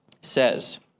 says